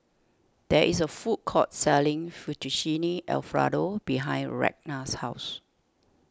there is a food court selling Fettuccine Alfredo behind Ragna's house